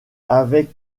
avec